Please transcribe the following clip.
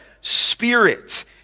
Spirit